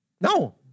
No